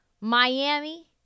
Miami